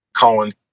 Colin